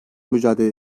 mücadele